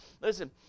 listen